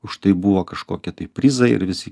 už tai buvo kažkokie tai prizai ir visi